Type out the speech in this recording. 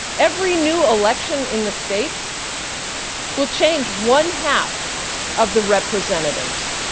every new election in the states will change one half of the representatives.